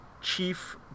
chief